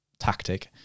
tactic